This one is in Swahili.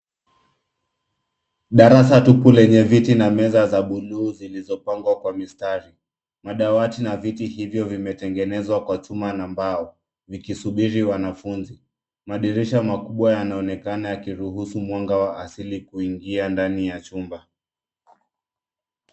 Darasa tupu lenye viti na meza za bluu zilizopangwa kwa mistari. Madawati na viti hivyo vimetegenezwa kwa chuma na mbao vikisubiri wanafunzi. Madirisha makubwa yanaonekana yakiruhusu mwanga wa asili kuingia ndani ya chumba.